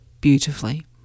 beautifully